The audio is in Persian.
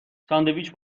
ساندویچ